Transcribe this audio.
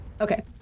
Okay